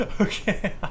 Okay